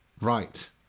right